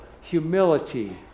humility